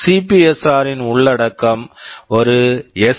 CPSR CPSR ன் உள்ளடக்கம் ஒரு எஸ்